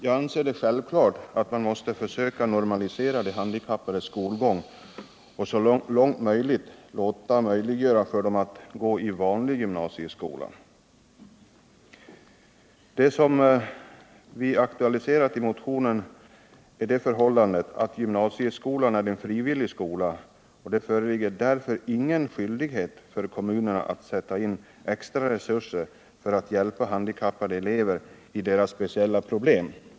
Jag anser det självklart att man måste försöka normalisera de handikappades skolgång och så långt möjligt möjliggöra för dem att gå i vanlig gymnasieskola. Det som vi aktualiserat i motionen är det förhållandet att gymnasieskolan är en frivillig skola, och det föreligger därför ingen skyldighet för kommunerna att sätta in extra resurser för att hjälpa handikappade elever med deras speciella problem.